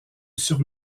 sur